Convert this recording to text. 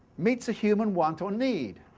meets a human want or need.